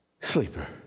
sleeper